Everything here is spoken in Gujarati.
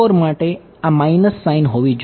માટે આ માઇનસ સાઇન હોવી જોઈએ